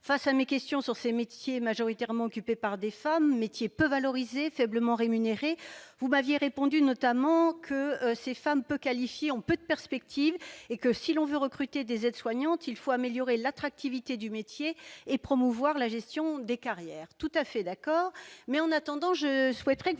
Face à mes questions sur ces métiers majoritairement occupés par des femmes, peu valorisés, faiblement rémunérés, vous m'aviez notamment répondu que ces femmes peu qualifiées avaient peu de perspectives, et que si l'on voulait recruter des aides-soignantes, il fallait améliorer l'attractivité du métier et promouvoir la gestion des carrières. Je suis tout à fait d'accord.